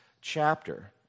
chapter